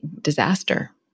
disaster